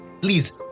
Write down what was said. please